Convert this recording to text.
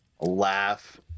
laugh